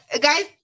guys